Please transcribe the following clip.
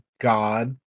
god